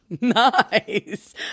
Nice